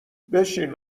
بشین